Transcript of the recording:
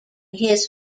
his